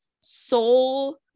soul